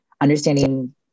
Understanding